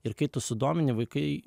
ir kai tu sudomini vaikai